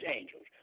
angels